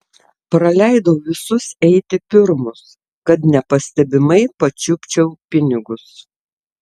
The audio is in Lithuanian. praleidau visus eiti pirmus kad nepastebimai pačiupčiau pinigus